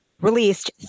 released